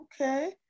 Okay